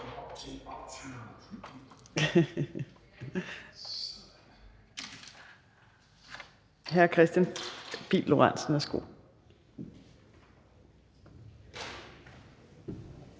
Hr. Kristian Pihl Lorentzen, værsgo.